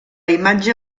imatge